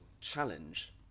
challenge